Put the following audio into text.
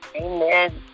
Amen